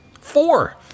four